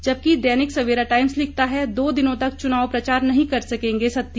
जबकि दैनिक सवेरा टाइम्स लिखता है दो दिनों तक चुनाव प्रचार नहीं कर सकेंगे सत्ती